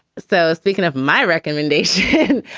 so speaking of my recommendation,